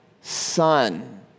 son